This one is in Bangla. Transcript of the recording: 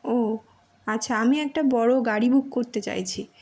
ও আচ্ছা আমি একটা বড়ো গাড়ি বুক করতে চাইছি